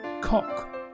cock